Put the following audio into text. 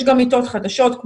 יש גם מיטות חדשות,